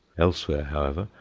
elsewhere, however,